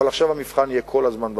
אבל עכשיו המבחן יהיה כל הזמן במעשים.